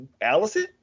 Allison